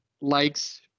likes